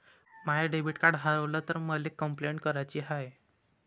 माय debit card हारवल तर मले कंपलेंट कराची हाय